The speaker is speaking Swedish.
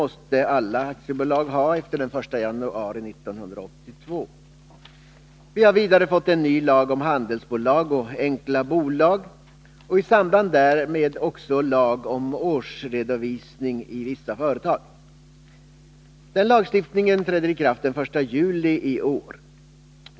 måste alla aktiebolag ha efter den 1 januari 1982. Vi har vidare fått ny lag om handelsbolag och enkla bolag och i samband därmed lag om årsredovisning i vissa företag. Den lagstiftningen träder i kraft den 1 juli i år.